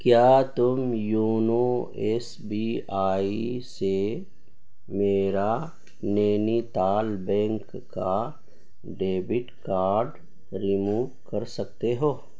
کیا تم YONO S B I سے میرا نینی تال بینک کا ڈیبٹ کارڈ ریموو کر سکتے ہو